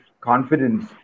confidence